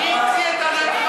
איילת, מי המציא את הנגמ"ש?